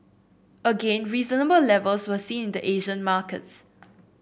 again reasonable levels were seen in the Asian markets